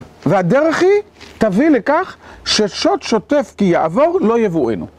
והדרך היא תביא לכך ששוט שוטף כי יעבור לא יבואנו.